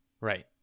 Right